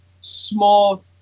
small